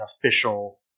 official